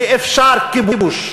שאפשר כיבוש,